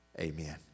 Amen